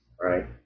right